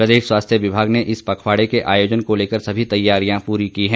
प्रदेश स्वास्थ्य विभाग ने इस पखवाड़े के आयोजन को लेकर सभी तैयारियां पूरी की हैं